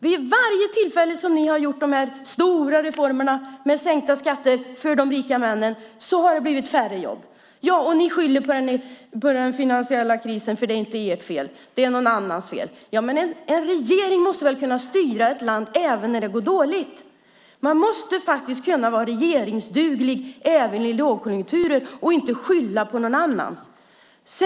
Vid varje tillfälle då ni har gjort de här stora reformerna med sänkta skatter för de rika männen har det blivit färre jobb. Ni skyller på den finansiella krisen och säger att det inte är ert fel utan någon annans fel. Men en regering måste väl kunna styra ett land även när det går dåligt? Man måste kunna vara regeringsduglig även i lågkonjunkturer och inte skylla på någon annan.